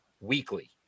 weekly